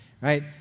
right